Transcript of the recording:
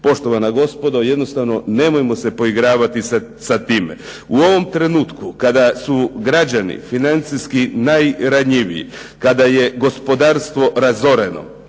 Poštovana gospodo jednostavno nemojmo se poigravati sa time. U ovom trenutku kada su građani financijski najranjiviji, kada je gospodarstvo razoreno,